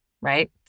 right